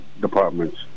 departments